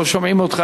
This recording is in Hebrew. לא שומעים אותך.